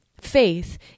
faith